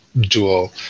dual